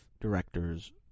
directors